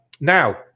Now